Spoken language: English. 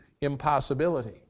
impossibility